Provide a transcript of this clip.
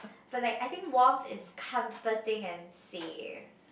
but like I think warmth is comforting and safe